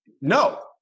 No